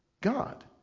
God